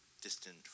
distant